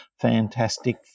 fantastic